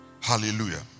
Hallelujah